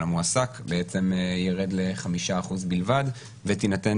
על המועסק בעצם ירד ל-5% בלבד ותינתן